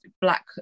black